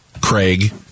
Craig